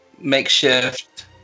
makeshift